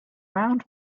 round